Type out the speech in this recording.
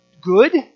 good